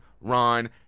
Ron